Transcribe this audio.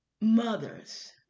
Mothers